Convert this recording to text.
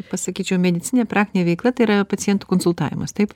pasakyčiau medicininė praktinė veikla tai yra pacientų konsultavimas taip